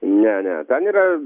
ne ne ten yra